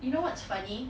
you know what's funny